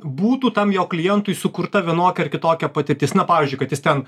būtų tam jo klientui sukurta vienokia ar kitokia patirtis na pavyzdžiui kad jis ten